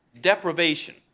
deprivation